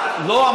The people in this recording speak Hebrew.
לא.